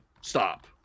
stop